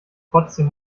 trotzdem